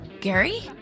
Gary